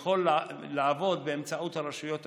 יכול לעבוד באמצעות הרשויות המקומיות.